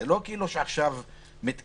זה לא כאילו שעכשיו מתכנסים,